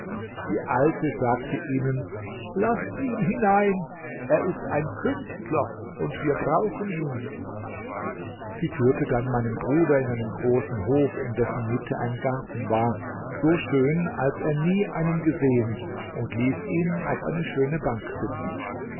die alte sagte ihnen laßt ihn hinein er ist ein künstler und wir brauchen ihn sie führte dann meinen bruder in einen großen hof in dessen mitte ein garten war so schön als er nie einen gesehen und ließ ihn auf eine schöne bank sitzen